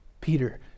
Peter